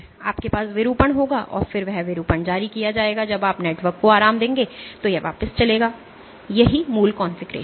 आपके पास विरूपण होगा और फिर वह विरूपण जारी किया जाएगा जब आप नेटवर्क को आराम देंगे तो यह वापस चलेगा यह मूल कॉन्फ़िगरेशन है